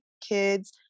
kids